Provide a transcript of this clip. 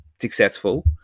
successful